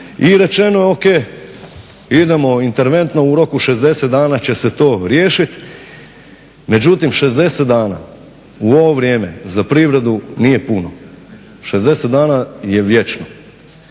I rečeno je o.k. idemo interventno u roku od 60 dana će se to riješiti. Međutim 60 dana u ovo vrijeme za privredu nije puno, 60 dana je vječno.